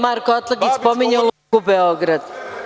Marko Atlagić nije spominjao „Luku Beograd“